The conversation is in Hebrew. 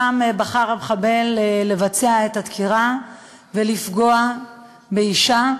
שם בחר המחבל לבצע את הדקירה ולפגוע באישה,